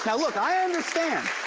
kind of look. i understand.